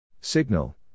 Signal